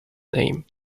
name